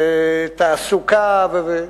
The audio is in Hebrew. תעסוקה.